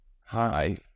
Hi